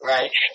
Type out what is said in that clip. Right